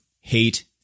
hate